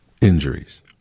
injuries